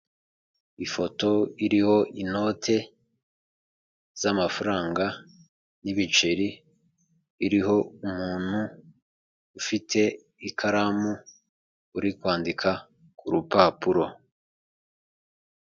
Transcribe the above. Ifoto iriho inote z'amafaranga y'ibiceri iriho umuntu ufite ikaramu uri kwandika ku rupapuro.